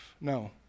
No